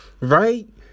right